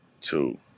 two